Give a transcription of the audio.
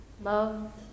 Love